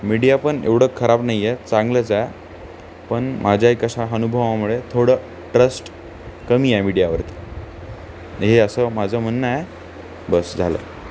मीडियापण एवढं खराब नाही आहे चांगलंच पण माझ्या एक कशा अनुभवामुळे थोडं ट्रस्ट कमी आहे मीडियावरती हे असं माझं म्हणणं आहे बस झालं